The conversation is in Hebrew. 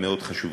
היא מאוד חשובה.